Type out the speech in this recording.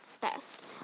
best